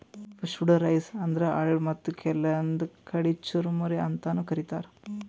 puffed rice ಅಂದ್ರ ಅಳ್ಳ ಮತ್ತ್ ಕೆಲ್ವನ್ದ್ ಕಡಿ ಚುರಮುರಿ ಅಂತಾನೂ ಕರಿತಾರ್